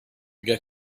get